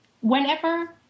whenever